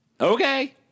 okay